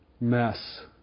mess